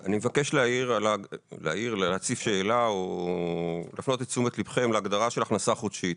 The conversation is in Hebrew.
אני מבקש להציף שאלה או להפנות את תשומת ליבכם להגדרה של הכנסה חודשית.